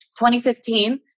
2015